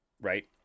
Right